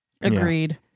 Agreed